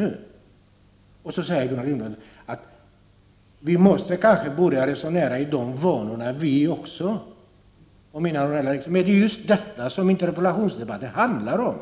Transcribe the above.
Gullan Lindblad tycker att kanske också vi skall börja resonera i de banorna. Men det är just detta interpellationsdebatten handlar om. En